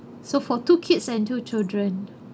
so for two kids and two children